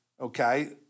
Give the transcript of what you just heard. Okay